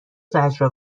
زجر